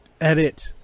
edit